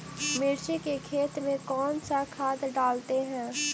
मिर्ची के खेत में कौन सा खाद डालते हैं?